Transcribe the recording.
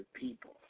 people